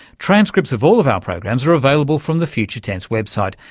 transcripts of all of our programs are available from the future tense website,